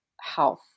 health